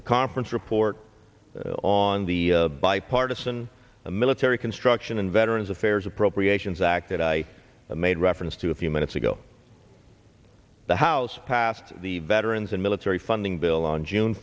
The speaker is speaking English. the conference report on the bipartisan the military construction and veterans affairs appropriations act that i made reference to a few minutes ago the house passed the veterans and military funding bill on june